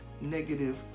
negative